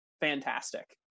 fantastic